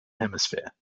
hemisphere